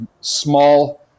small